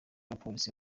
abapolisi